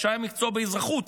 היא רכשה מקצוע באזרחות,